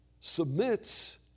submits